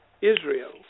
Israel